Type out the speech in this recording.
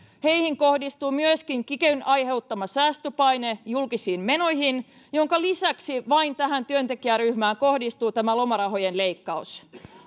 heihin kohdistuu myöskin kikyn aiheuttama säästöpaine julkisiin menoihin minkä lisäksi vain tähän työntekijäryhmään kohdistuu tämä lomarahojen leikkaus